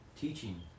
teaching